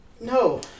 No